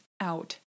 out